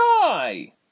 die